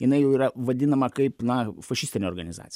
jinai jau yra vadinama kaip na fašistinė organizacija